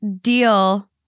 deal